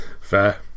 Fair